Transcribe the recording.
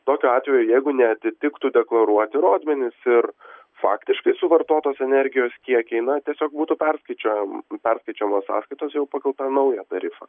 tokiu atveju jeigu neatitiktų deklaruoti rodmenys ir faktiškai suvartotos energijos kiekiai na tiesiog būtų perskaičiuojam perskaičiuojamos sąskaitos jau pagal tą naują tarifą